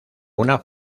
una